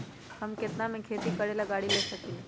हम केतना में खेती करेला गाड़ी ले सकींले?